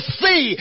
see